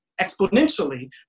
exponentially